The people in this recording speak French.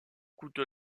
coûte